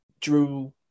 drew